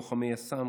לוחמי יס"מ,